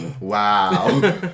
Wow